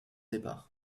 départ